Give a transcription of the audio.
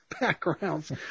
backgrounds